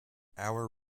our